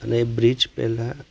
અને એ બ્રિજ પહેલાં